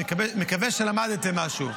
אני מקווה שלמדתן משהו.